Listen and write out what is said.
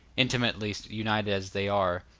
intimately united as they are,